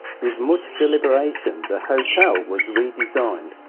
with much deliberation, the hotel was redesigned,